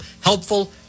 Helpful